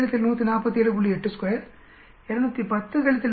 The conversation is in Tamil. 82 210 147